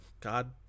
God